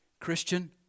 Christian